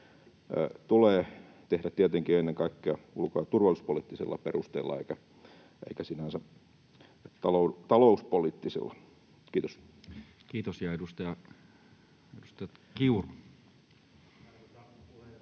tulee tehdä — tietenkin ennen kaikkea ulko- ja turvallisuuspoliittisilla perusteilla enkä sinänsä talouspoliittisilla. — Kiitos. [Speech 159]